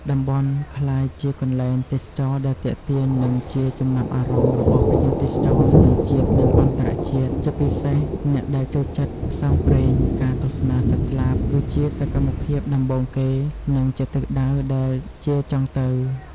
តំបន់់ក្លាយជាកន្លែងទេសចរដែលទាក់ទាញនិងជាចំណាប់អារម្មណ៍របស់ភ្ញៀវទេសចរទាំងជាតិនិងអរន្តជាតិជាពិសេសអ្នកដែលចូលចិត្តផ្សងព្រេង ការទស្សនាសត្វស្លាបគឺជាសកម្មភាពដំបូងគេនិងជាទិសដៅដែលជាចង់ទៅ។